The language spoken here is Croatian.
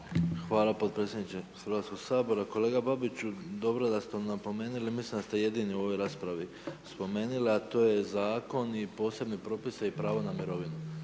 Hvala potpredsjedniče Hrvatskog sabora. Kolega Babiću dobro je da ste napomenuli, mislim da ste jedini u ovoj raspravi spomenuli a to je Zakon i posebni propisi i pravo na mirovinu.